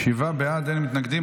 שבעה בעד, אין מתנגדים.